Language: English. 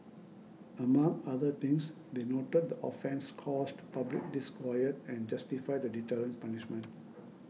among other things they noted the offence caused public disquiet and justified a deterrent punishment